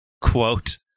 quote